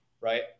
Right